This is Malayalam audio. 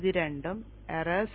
ഇത് 2 ഉം errors